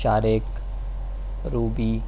Shariq Ruby